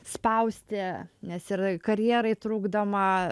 spausti nes ir karjerai trukdoma